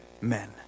men